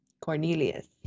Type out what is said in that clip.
cornelius